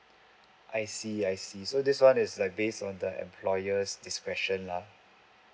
I see I see so this one is like based on the employer's discretion lah